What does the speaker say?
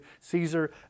Caesar